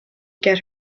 get